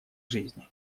жизни